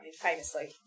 famously